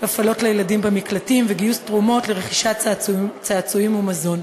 הפעלות לילדים במקלטים וגיוס תרומות לרכישת צעצועים ומזון.